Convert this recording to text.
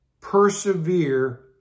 persevere